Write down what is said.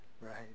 right